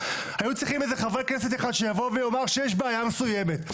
היו צריכים איזה חבר כנסת אחד שיבוא ויאמר שיש בעיה מסוימת,